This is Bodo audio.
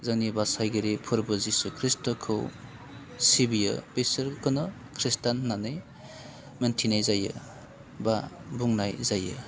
जोंनि बासायगिरि फोरबो जिशु खृष्ट'खौ सिबियो बिसोरखौनो खृष्टान होन्नानै मोनथिनाय जायो बा बुंनाय जायो